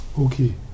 Okay